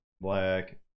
black